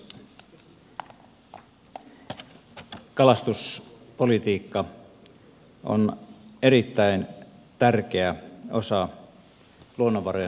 kalastuspolitiikka on erittäin tärkeä osa luonnonvarojen hoitoa